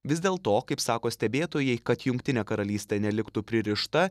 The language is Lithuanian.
vis dėl to kaip sako stebėtojai kad jungtinė karalystė neliktų pririšta